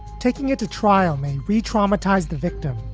taking it to trial may re traumatize the victim.